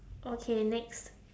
okay next